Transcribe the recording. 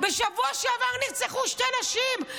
בשבוע שעבר נרצחו שתי נשים.